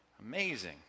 Amazing